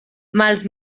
mals